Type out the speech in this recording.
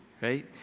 right